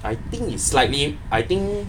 I think is slightly I think